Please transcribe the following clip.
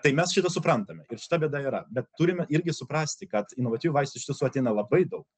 tai mes šitą suprantame ir šita bėda yra bet turime irgi suprasti kad inovatyvių vaistų iš tiesų ateina labai daug